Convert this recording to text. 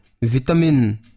vitamin